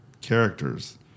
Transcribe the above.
characters